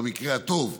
במקרה הטוב.